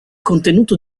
contenuto